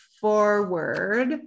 forward